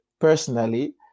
personally